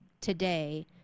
today